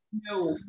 no